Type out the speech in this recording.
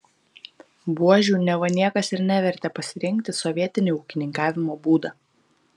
buožių neva niekas ir nevertė pasirinkti sovietini ūkininkavimo būdą